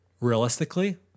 realistically